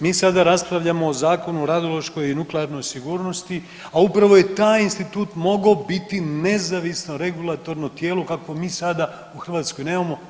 Mi sada raspravljamo o Zakonu o radiološkoj i nuklearnoj sigurnosti, a upravo je taj institut mogao biti nezavisno regulatorno tijelo kako mi sada u Hrvatskoj nemamo.